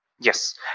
Yes